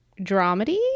dramedy